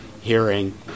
hearing